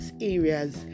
areas